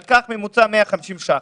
אבל קח ממוצע 150 ש"ח.